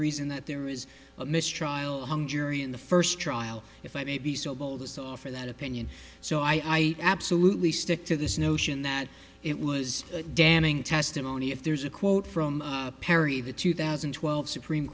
reason that there is a mistrial hung jury in the first trial if i may be so bold as to offer that opinion so i absolutely stick to this notion that it was damning testimony if there's a quote from perry the two thousand and twelve supreme